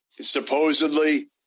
supposedly